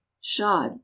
shod